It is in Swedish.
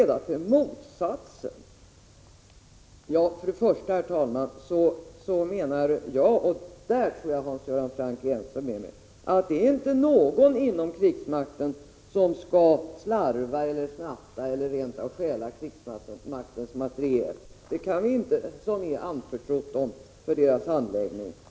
Jag tror att Hans Göran Franck är ense med mig om att det inte är meningen att någon inom krigsmakten skall slarva bort, snatta eller stjäla krigsmaktens materiel som anförtrotts honom för handläggning.